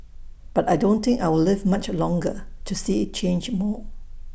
but I don't think I'll live much longer to see IT change more